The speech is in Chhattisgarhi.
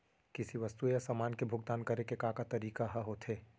किसी वस्तु या समान के भुगतान करे के का का तरीका ह होथे?